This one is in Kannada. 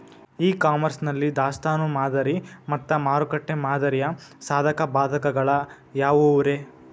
ಇ ಕಾಮರ್ಸ್ ನಲ್ಲಿ ದಾಸ್ತಾನು ಮಾದರಿ ಮತ್ತ ಮಾರುಕಟ್ಟೆ ಮಾದರಿಯ ಸಾಧಕ ಬಾಧಕಗಳ ಯಾವವುರೇ?